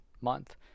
month